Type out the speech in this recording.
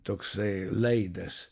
toksai laidas